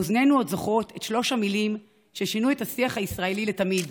אוזנינו עוד זוכרות את שלוש המילים ששינו את השיח הישראלי לתמיד: